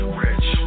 rich